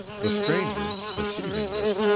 the stranger, perceiving this,